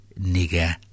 nigger